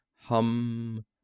Hum